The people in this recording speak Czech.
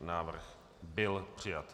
Návrh byl přijat.